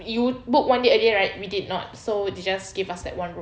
you booked one day earlier right we did not so they just gave us that one room